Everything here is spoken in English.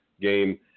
game